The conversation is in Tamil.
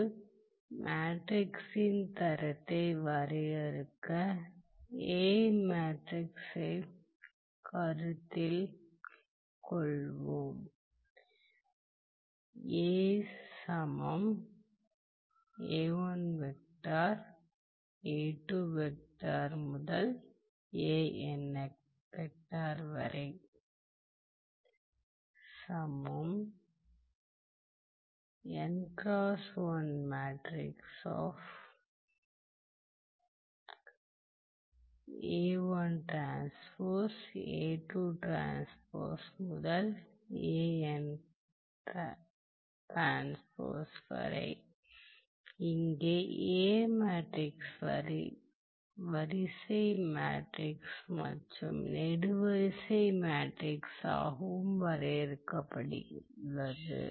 ஒரு மேட்ரிக்ஸின் தரத்தை வரையறுக்க A மேட்ரிக்ஸைக் கருத்தில் கொள்வோம் இங்கே A மேட்ரிக்ஸ் வரிசை மேட்ரிக்ஸ் மற்றும் நெடுவரிசை மேட்ரிக்ஸ் ஆகவும் வரையறுக்கப்பட்டுள்ளது